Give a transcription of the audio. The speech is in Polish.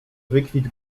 wykwit